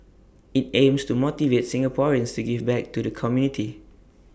IT aims to motivate Singaporeans to give back to the community